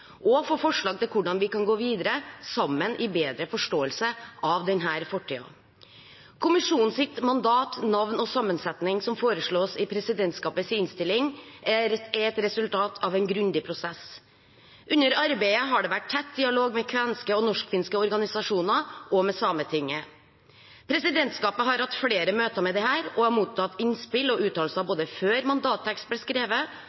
og få forslag til hvordan vi kan gå videre sammen i bedre forståelse av denne fortiden. Kommisjonens mandat, navn og sammensetning som foreslås i presidentskapets innstilling, er et resultat av en grundig prosess. Under arbeidet har det vært tett dialog med kvenske og norskfinske organisasjoner og med Sametinget. Presidentskapet har hatt flere møter med disse og har mottatt innspill og uttalelser både før mandatteksten ble skrevet,